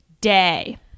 day